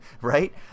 right